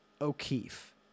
O'Keefe